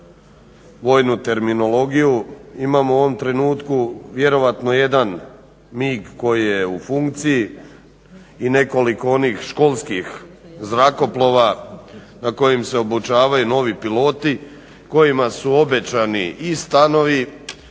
vojnu terminologiju imamo u ovom trenutku vjerojatno jedan mig koji je u funkciji i nekoliko onih školskih zrakoplova na kojim se obučavaju novi piloti kojima su obećani i stanovi,